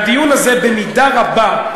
הדיון הזה במידה רבה,